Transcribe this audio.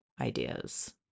ideas